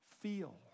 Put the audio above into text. feel